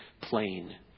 plain